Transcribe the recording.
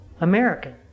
American